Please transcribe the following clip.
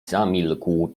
zamilkł